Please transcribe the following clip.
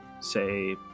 say